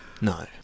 No